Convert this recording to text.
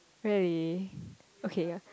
really okay ya